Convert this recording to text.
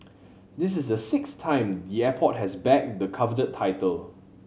this is the sixth time the airport has bagged the coveted title